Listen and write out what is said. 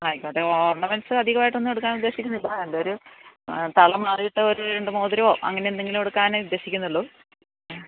ആയിക്കോട്ടെ ഓർണമെന്റ്സ് അധികം ആയിട്ടൊന്നും എടുക്കാൻ ഉദ്ദേശിക്കുന്നില്ല ഇതൊര് തള മാറിയിട്ട് ഒരു രണ്ട് മോതിരവോ അങ്ങനെ എന്തെങ്കിലും എടുക്കാൻ ഉദ്ദേശിക്കുന്നുള്ളു മ്